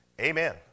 Amen